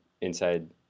Inside